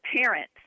parents